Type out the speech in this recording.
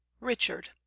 richard